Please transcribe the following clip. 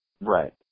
Right